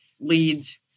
leads